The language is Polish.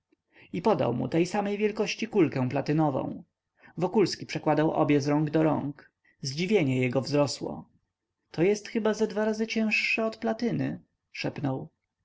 i podał mu tej samej wielkości kulkę platynową wokulski przekładał obie z rąk do rąk zdziwienie jego wzrosło to jest chyba ze dwa razy cięższe od platyny